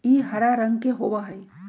ई हरा रंग के होबा हई